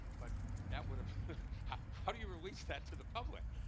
but that would ah have how do you release that to the public?